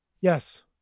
Yes